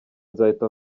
nzahita